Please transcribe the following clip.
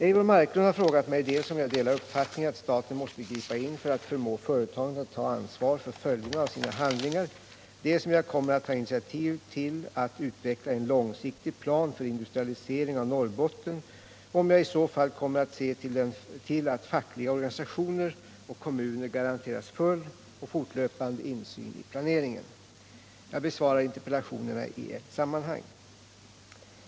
Eivor Marklund har frågat mig dels om jag delar uppfattningen att staten måste gripa in för att förmå företagen att ta ansvar för följderna av sina handlingar, dels om jag kommer att ta initiativ till att utveckla en långsiktig plan för industrialisering av Norrbotten och om jag i så fall kommer att se till att fackliga organisationer och kommuner garanteras full och fortlöpande insyn i planeringen. Jag besvarar interpellationerna i ett sammanhang.